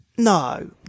No